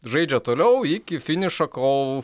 žaidžia toliau iki finišo kol